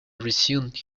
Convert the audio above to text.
resumed